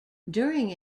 during